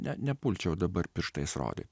ne nepulčiau dabar pirštais rodyt